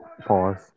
pause